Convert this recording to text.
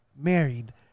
married